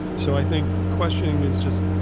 so, i think questioning is just,